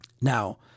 Now